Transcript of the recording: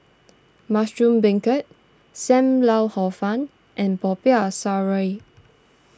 Mushroom Beancurd Sam Lau Hor Fun and Popiah Sayur